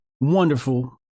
wonderful